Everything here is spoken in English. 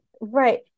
right